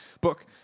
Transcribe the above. book